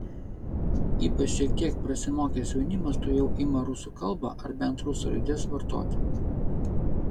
ypač šiek tiek prasimokęs jaunimas tuojau ima rusų kalbą ar bent rusų raides vartoti